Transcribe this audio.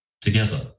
together